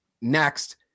next